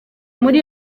muri